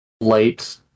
light